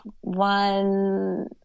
one